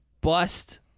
bust